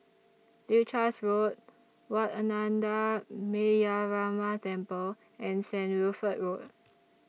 Leuchars Road Wat Ananda Metyarama Temple and Saint Wilfred Road